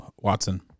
Watson